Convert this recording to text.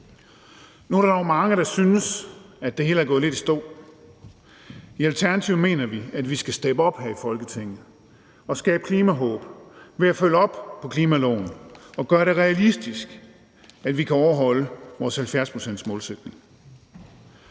Nu er der nok mange, der synes, at det hele er gået lidt i stå. I Alternativet mener vi, at vi skal steppe op her i Folketinget og skabe klimahåb ved at følge op på klimaloven og gøre det realistisk, at vi kan overholde vores 70-procentsmålsætning.